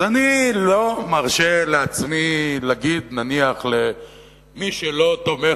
אז אני לא מרשה לעצמי להגיד נניח למי שלא תומך